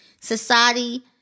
society